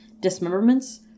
dismemberments